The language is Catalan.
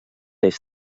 est